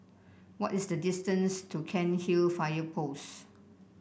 what is the distance to Cairnhill Fire Post